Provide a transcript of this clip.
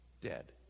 dead